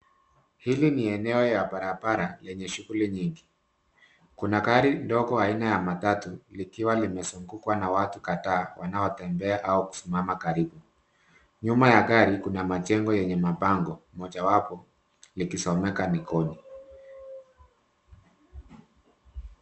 Hili ni eneo ya barabara yenye shughuli nyingi. Kuna gari ndogo aina ya matatu likiwa limezungukwa na watu kadhaa wanaotembea au kusimama karibu. Nyuma ya gari kuna majengo yenye mabango mojawapo likisomeka Nikon.